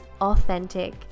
authentic